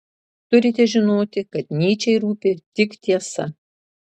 turite žinoti kad nyčei rūpi tik tiesa